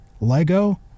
lego